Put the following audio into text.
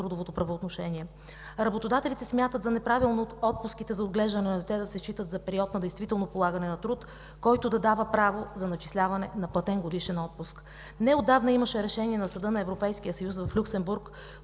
трудовото правоотношение. Работодателите смятат за неправилно отпуските за отглеждане на дете да се считат за период на действително полагане на труд, който да дава право за начисляване на платен годишен отпуск. Неотдавна имаше решение на Съда на Европейския съюз в Люксембург,